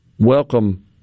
Welcome